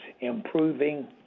improving